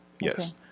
Yes